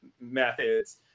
methods